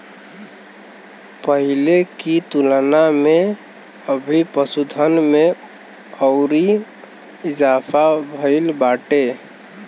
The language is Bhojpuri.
पहिले की तुलना में अभी पशुधन में अउरी इजाफा भईल बाटे